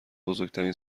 بزرگترین